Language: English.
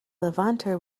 levanter